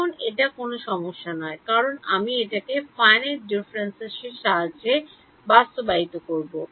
এখন এটা কোন সমস্যা নয় কারণ আমি এটাকে finite differences এর সাহায্যে বাস্তবায়িত করব